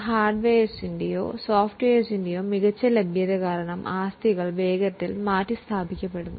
ഹാർഡ്വെയറിന്റെയോ സോഫ്റ്റ്വെയറിന്റെയോ മികച്ച ലഭ്യത അനുസരിച്ച് കാലഹരണപ്പെടുന്നതിനാലാണ് ഒരാൾ ആസ്തികളെ വേഗത്തിൽ മാറ്റാൻ ആഗ്രഹിക്കുന്നത്